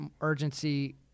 urgency